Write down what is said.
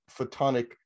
photonic